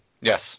Yes